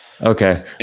Okay